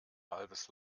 halbes